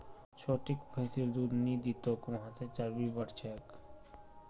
छोटिक भैंसिर दूध नी दी तोक वहा से चर्बी बढ़ छेक